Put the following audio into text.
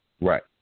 Right